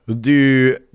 du